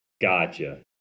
Gotcha